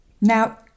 Now